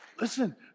listen